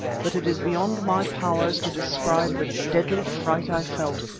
but it is beyond my powers to describe the deadly fright i felt,